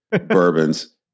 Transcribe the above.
bourbons